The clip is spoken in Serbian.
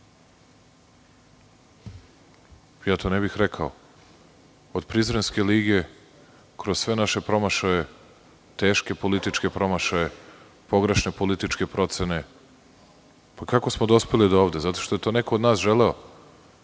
Ja to ne bih rekao. Od Prizrenske lige, kroz sve naše promašaje, teške političke promašaje, pogrešne političke procene. Pa, kako smo dospeli dovde? Zato što je to neko od nas želeo?